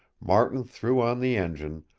martin threw on the engine,